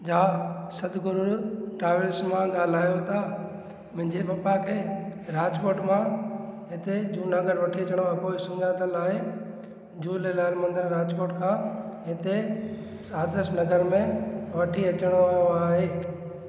जा सतगुरू ट्रावेल्स मां ॻाल्हायो था मुंहिंजे पप्पा खे राजकोट मां हिते जूनागढ़ वठी अचण खां पोइ सुञातल आहे झूलेलाल मंदिर राजकोट खां हिते आर्दश नगर में वठी अचणु वारो आहे